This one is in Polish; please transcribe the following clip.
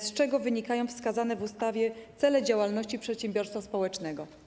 Z czego wynikają wskazane w ustawie cele działalności przedsiębiorstwa społecznego?